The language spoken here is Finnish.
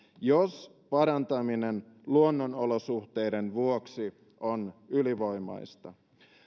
jos parantaminen luonnonolosuhteiden vuoksi on ylivoimaista